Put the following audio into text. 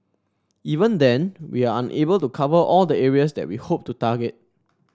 even then we are unable to cover all the areas that we hope to target